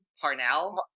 Parnell